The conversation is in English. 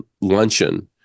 luncheon